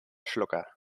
schlucker